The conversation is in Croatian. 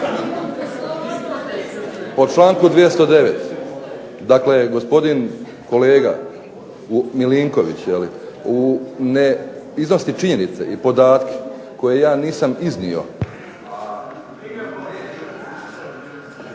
Po članku 209. dakle gospodin kolega Milinković iznosi činjenice i podatke koje ja nisam iznio.